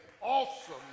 awesome